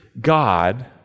God